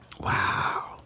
Wow